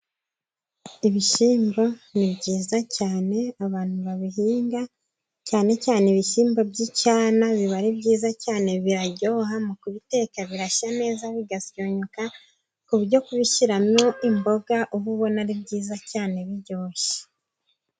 Ibishyimbo ni byiza cyane, abantu babihinga cyane cyane ibishyimbo by'icyana, biba ari byiza cyane biraryoha mu kubiteka birashya neza bigasonnyoka, kuburyo kubishyiramo imboga uba ubona ari byiza cyane biryoshye.